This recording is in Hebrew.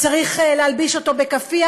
צריך להלביש אותו בכאפיה,